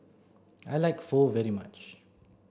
I like Pho very much